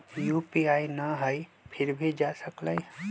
UPI न हई फिर भी जा सकलई ह?